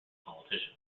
politician